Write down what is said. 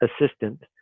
assistant